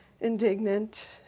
indignant